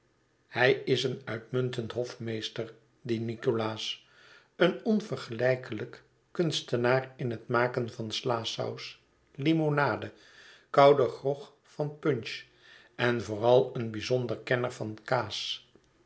hij is een uitmuntend hofmeester die nicholas een onvergelijkelijk kunstenaar in het maken van slasaus limonade kouden grog van punch en vooral een bijzonder kenner van kaas